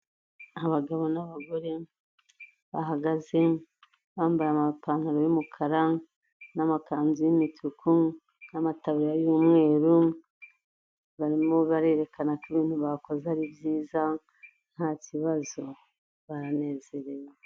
Abagabo n'abagore bahagaze, bambaye amapantaro y'umukara n'amakanzu y'imituku n'amata y'umweru, barimo barerekana ko ibintu bakoze ari byiza nta kibazo baranezerewe.